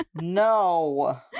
no